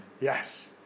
Yes